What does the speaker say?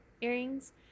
earrings